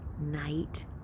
night